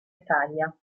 italia